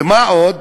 ומה עוד,